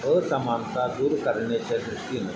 असमानता दूर करण्याच्या दृष्टीने